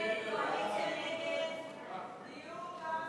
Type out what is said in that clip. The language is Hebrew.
ההסתייגות של קבוצת